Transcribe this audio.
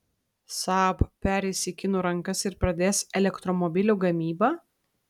saab pereis į kinų rankas ir pradės elektromobilių gamybą